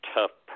tough